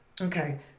Okay